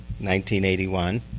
1981